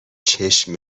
چشم